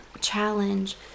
challenge